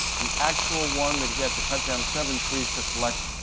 the actual one that he had to cut down seven trees to collect.